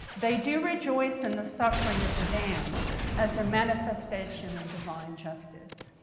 they do rejoice in the suffering of the damned as a manifestation of divine justice.